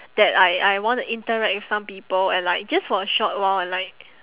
that I I want to interact with some people and like just for a short while and like